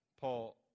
Paul